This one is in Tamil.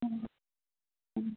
ம் ம்